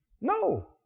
no